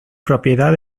propiedad